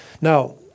Now